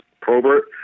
Probert